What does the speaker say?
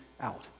out